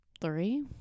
Three